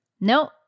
No